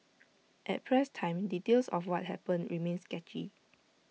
at press time details of what happened remained sketchy